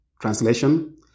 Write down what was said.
Translation